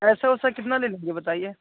पैसा वैसा कितना ले लेंगे बताइए